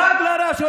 לעג לרש.